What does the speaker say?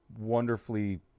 wonderfully